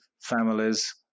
families